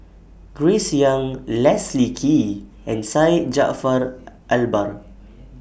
Grace Young Leslie Kee and Syed Jaafar Albar